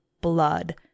blood